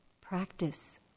practice